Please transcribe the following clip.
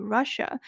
Russia